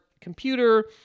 computer